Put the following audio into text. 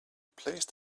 placed